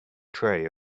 tray